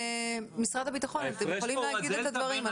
משרד הביטחון, אתם יכולים להגיד את הדברים?